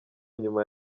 nyuma